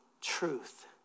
truth